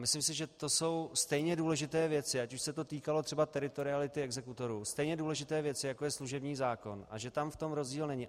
Myslím si, že to jsou stejně důležité věci, ať už se to týkalo třeba teritoriality exekutorů, stejně důležité věci, jako je služební zákon, a že tam v tom rozdíl není.